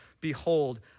Behold